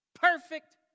Perfect